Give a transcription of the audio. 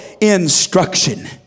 instruction